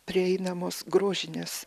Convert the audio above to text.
prieinamos grožinės